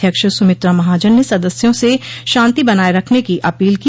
अध्यक्ष स्मित्रा महाजन ने सदस्यों से शांति बनाए रखने की अपील की